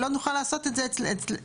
לא תוכל לעשות את זה אצלנו,